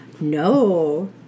no